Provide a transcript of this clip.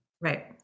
Right